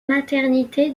maternité